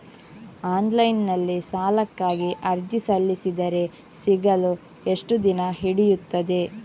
Online ನಲ್ಲಿ ಸಾಲಕ್ಕಾಗಿ ಅರ್ಜಿ ಸಲ್ಲಿಸಿದರೆ ಸಿಗಲು ಎಷ್ಟು ದಿನ ಹಿಡಿಯುತ್ತದೆ?